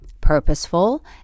purposeful